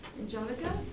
Angelica